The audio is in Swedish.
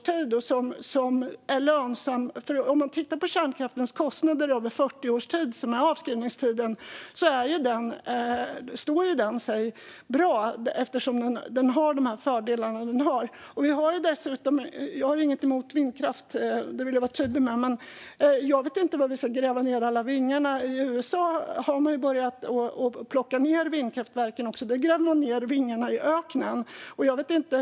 Tittar man på kärnkraftens kostnader under 40 år, som är avskrivningstiden, ser man att kärnkraften står sig bra på grund av dess fördelar. Jag vill vara tydlig med att jag inte har något emot vindkraft, men jag vet inte var vi ska gräva ned alla vingar. I USA har man börjat plocka ned vindkraftverk. Där gräver man ned vingarna i öknen.